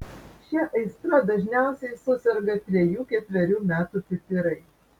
šia aistra dažniausiai suserga trejų ketverių metų pipirai